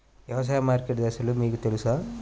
వ్యవసాయ మార్కెటింగ్ దశలు మీకు తెలుసా?